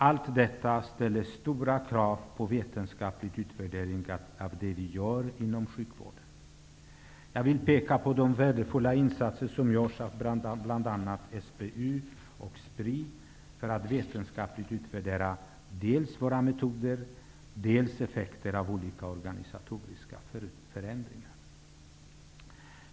Allt detta ställer stora krav på en vetenskaplig utvärdering av det vi gör inom sjukvården. Jag vill peka på de värdefulla insatser som görs av bl.a. SBU och SPRI för att vetenskapligt utvärdera dels våra metoder, dels effekterna av olika organisatoriska förändringar.